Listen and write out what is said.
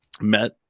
Met